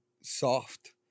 soft